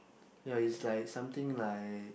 ya is like something like